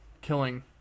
Killing